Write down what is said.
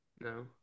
No